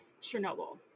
Chernobyl